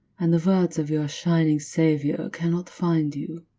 and the words of your shining savior cannot find you.